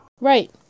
Right